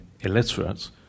illiterate